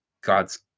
God's